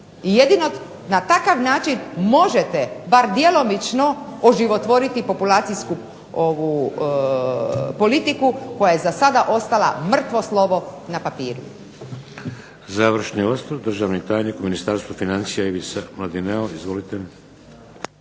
jedino na takav način možete bar djelomično oživotvoriti populacijsku politiku koja je za sada ostala mrtvo slovo na papiru.